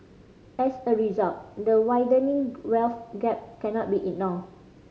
as a result the widening wealth gap cannot be ignored